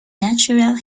natural